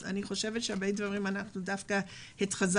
אני חושבת שבהרבה דברים אנחנו דווקא התחזקנו